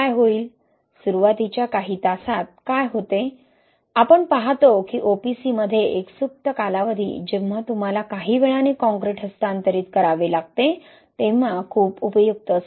सुरुवातीच्या काही तासांत काय होते आपण पाहतो की OPC मध्ये एक सुप्त कालावधी जेव्हा तुम्हाला काही वेळाने काँक्रीट हस्तांतरित करावे लागते तेव्हा खूप उपयुक्त असते